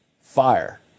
Fire